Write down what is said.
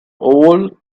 all